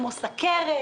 סוכרת.